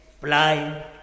blind